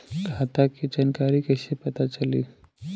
खाता के जानकारी कइसे पता चली?